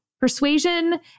Persuasion